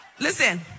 Listen